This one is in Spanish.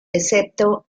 excepto